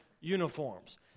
uniforms